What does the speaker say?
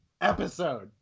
episode